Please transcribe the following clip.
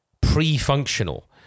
pre-functional